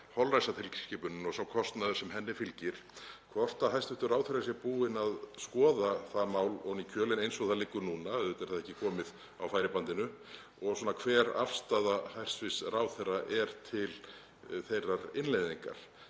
og hver afstaða hæstv. ráðherra er til þeirrar innleiðingar,